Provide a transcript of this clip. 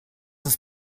ist